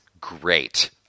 great